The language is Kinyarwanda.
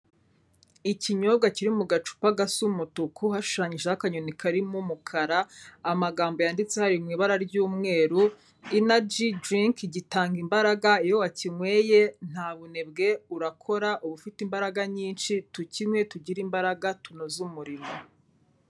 Ikinyobwa kiri mu gacupa gasa umutuku hashushanyijeho akanyoni karimo umukara, amagambo yanditseho ari mu ibara ry'umweru, Energy Drink gitanga imbaraga iyo wakinyoye nta bunebwe, urakora uba ufite imbaraga nyinshi, tukinywe tugire imbaraga tunoze umurimo.